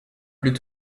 plus